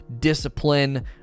discipline